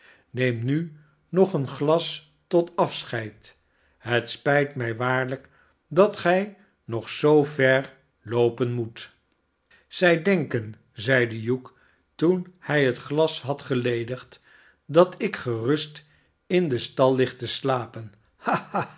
neem nu nog een glas tot afscheid het spijt mij waarlijk dat gij nog zoo ver loopen moet zij denken zeide hugh toen hij het glas had geledigd dat ik gerust in den stal lig te slapen